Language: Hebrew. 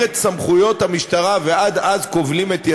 את סמכויות המשטרה ועד אז כובלים את ידיה,